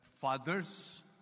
fathers